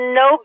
no